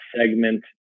segment